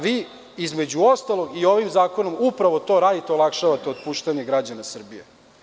Vi, između ostalog, i ovim zakonom upravo to radite, olakšavate otpuštanje građana Srbije.